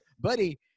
buddy